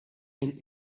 and